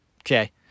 Okay